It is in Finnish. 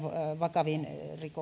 vakaviin